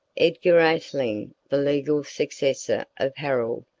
edgar atheling, the legal successor of harold,